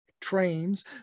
trains